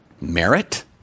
Merit